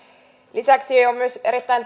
lisäksi on myös erittäin